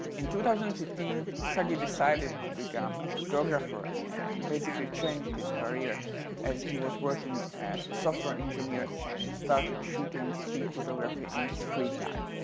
in two thousand and fifteen saguy decided to become a photographer and basically changed his career as he was working as a software engineer and started shooting street photography in his free time.